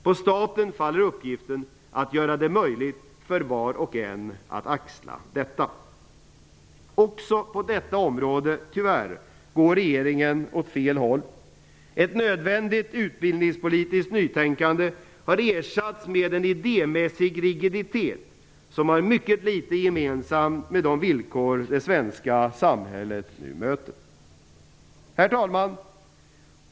På staten faller uppgiften att göra det möjligt för var och en att axla detta. Också på detta område går regeringen, tyvärr, åt fel håll. Ett nödvändigt utbildningspolitiskt nytänkande har ersatts med en idémässig rigiditet som har mycket litet gemensamt med de villkor det svenska samhället nu möter. Herr talman!